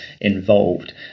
involved